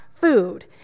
food